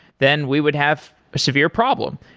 then we would have a severe problem.